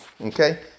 Okay